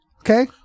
okay